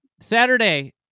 Saturday